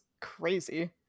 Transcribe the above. crazy